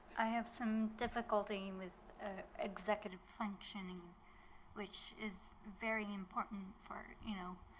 i have some difficulty with executive functioning which is very important for, you know,